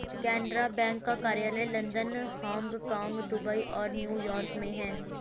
Canara bank का कार्यालय London Hong Kong Dubai और न्यू यॉर्क में है